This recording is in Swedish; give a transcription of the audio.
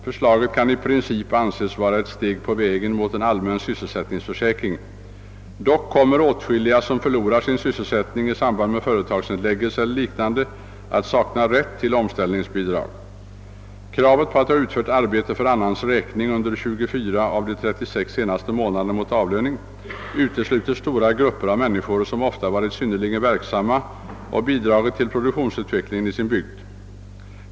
Förslaget kan i princip anses vara ett steg på vägen mot en allmän sysselsättningsförsäkring. Dock kommer åtskilliga, som förlorar sin sysselsättning i samband med företagsnedläggelse eller liknande, att sakna rätt till omställningsbidrag. Kravet på att ha utfört arbete för annans räkning under 24 av de 36 senaste månaderna mot avlöning utesluter stora grupper av människor som ofta varit synnerligen verksamma och bidragit till produktionsutvecklingen i sin bygd.